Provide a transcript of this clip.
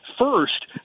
first